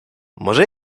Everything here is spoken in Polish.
może